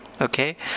okay